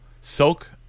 soak